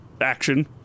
action